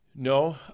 No